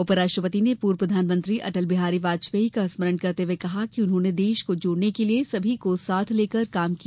उपराष्ट्रपति ने पूर्व प्रधानमंत्री अटल बिहारी वाजपेयी का स्मरण करते हुये कहा कि उन्होंने देश को जोड़ने के लिये सभी को साथ लेकर काम किया